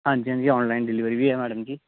आं जी आं जी ऑनलाईन डिलीवरी बी ऐ मैडम जी